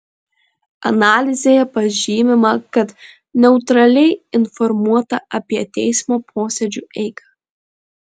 analizėje pažymima kad neutraliai informuota apie teismo posėdžių eigą